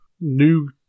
New